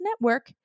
network